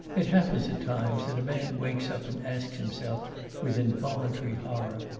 it happens at times that a man wakes up and asks himself with involuntary horror,